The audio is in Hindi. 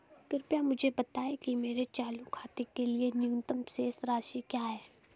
कृपया मुझे बताएं कि मेरे चालू खाते के लिए न्यूनतम शेष राशि क्या है